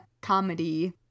comedy